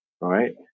Right